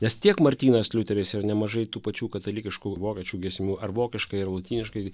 nes tiek martynas liuteris ir nemažai tų pačių katalikiškų vokiečių giesmių ar vokiškai ir lotyniškai